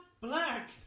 black